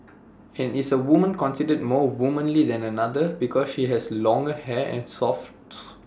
and is A woman considered more womanly than another because she has longer hair and softly